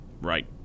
Right